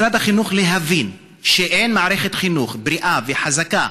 על משרד החינוך להבין שאין מערכת חינוך בריאה וחזקה,